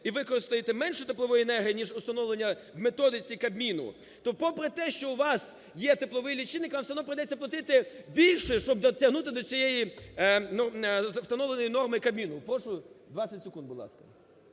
і використаєте менше теплової енергії, ніж установлено в методиці Кабміну, то попри те, що у вас є тепловий лічильник, вам все одно прийдеться платити більше, щоб дотягнути до цієї встановленої норми Кабміну. Прошу 20 секунд, будь ласка.